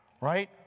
Right